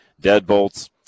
deadbolts